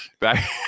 back